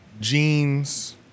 jeans